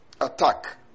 attack